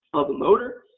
of the motor.